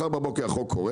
מחר בבוקר החוק קורה,